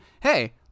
hey